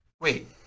Wait